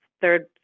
third